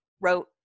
wrote